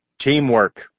teamwork